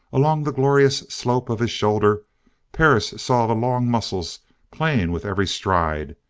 along the glorious slope of his shoulder perris saw the long muscles playing with every stride,